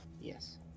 Yes